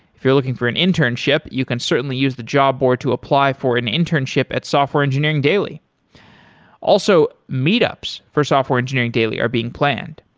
if you're looking for an internship, you can certainly use the job board to apply for an internship at software engineering daily also, meetups for software engineering daily are being planned.